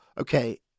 okay